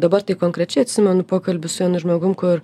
dabar tai konkrečiai atsimenu pokalbį su vienu žmogum kur